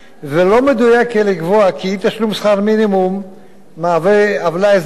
לא יהיה מדויק לקבוע כי אי-תשלום שכר מינימום מהווה עוולה אזרחית,